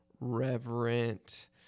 reverent